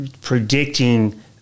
predicting